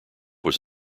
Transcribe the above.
was